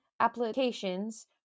applications